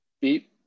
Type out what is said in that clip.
Beep